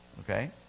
okay